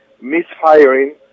misfiring